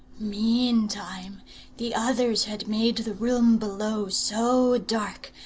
meantime the others had made the room below so dark,